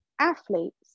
athletes